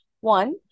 One